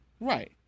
right